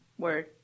word